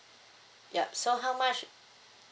yup so how much